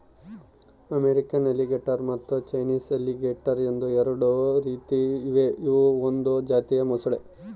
American alligator ಮತ್ತು Chinese alligator ಎಂದು ಎರಡು ರೀತಿ ಇವೆ ಇವು ಒಂದು ಜಾತಿಯ ಮೊಸಳೆ